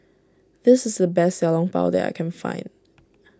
this is the best Xiao Long Bao that I can find